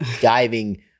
diving